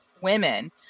women